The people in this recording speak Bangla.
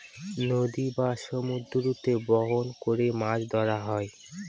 নদী বা সমুদ্রতে বাহন করে মাছ ধরা হয়